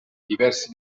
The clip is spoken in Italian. diversi